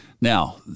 Now